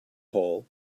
hole